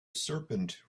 serpent